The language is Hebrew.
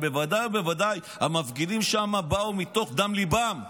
אבל בוודאי ובוודאי המפגינים שם באו מדם ליבם.